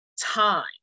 time